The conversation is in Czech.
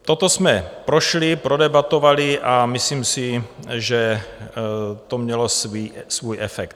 Toto jsme prošli, prodebatovali a myslím si, že to mělo svůj efekt.